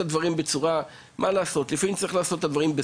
אז חוקקו את החוק הזה לא